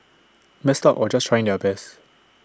messed up or just trying their best